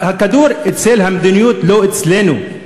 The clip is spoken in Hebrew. הכדור אצל המדיניות, לא אצלנו.